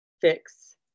fix